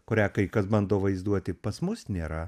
kurią kai kas bando vaizduoti pas mus nėra